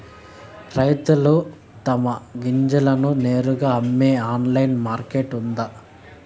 రైతులు తమ గింజలను నేరుగా అమ్మే ఆన్లైన్ మార్కెట్ ఉందా?